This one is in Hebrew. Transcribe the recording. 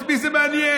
את מי זה מעניין?